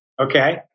Okay